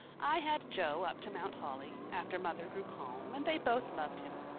i had jo up to mount holly, after mother grew calm, and they both loved him.